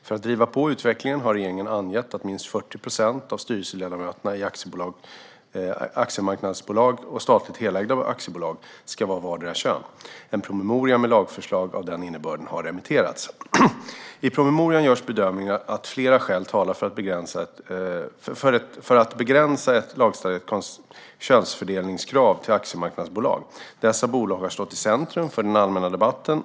För att driva på utvecklingen har regeringen angett att minst 40 procent av styrelseledamöterna i aktiemarknadsbolag och statligt helägda aktiebolag ska vara av vardera kön. En promemoria med lagförslag av den innebörden har remitterats. I promemorian görs bedömningen att flera skäl talar för att begränsa ett lagstadgat könsfördelningskrav till aktiemarknadsbolag. Dessa bolag har stått i centrum för den allmänna debatten.